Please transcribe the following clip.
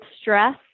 stress